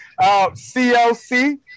CLC